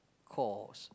cores